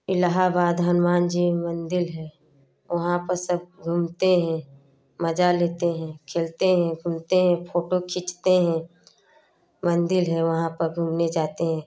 इलाहाबाद हनुमान जी मंदिर है वहाँ पर सब घूमते हैं मजा लेते हैं खेलते हैं घूमते हैं फोटो खींचते हैं मंदिर है वहाँ पर घूमने जाते हैं